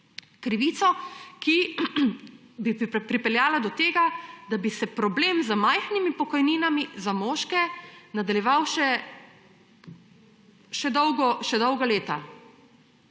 krivico, ki bi pripeljala do tega, da bi se problem z majhnimi pokojninami za moške nadaljeval še dolga leta.